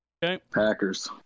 Packers